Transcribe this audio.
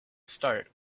start